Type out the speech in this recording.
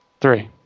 Three